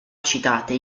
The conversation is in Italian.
citate